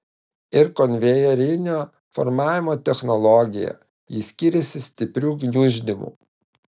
ir konvejerinio formavimo technologija ji skiriasi stipriu gniuždymu